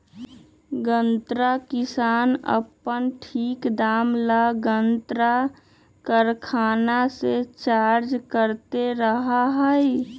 गन्ना किसान अपन ठीक दाम ला गन्ना कारखाना से चर्चा करते रहा हई